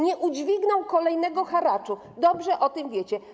Nie udźwigną kolejnego haraczu, dobrze o tym wiecie.